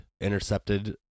intercepted